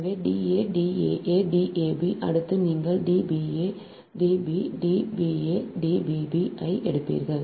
எனவே D a D a a D a b அடுத்து நீங்கள் D b a d b D b a D b b ஐ எடுப்பீர்கள்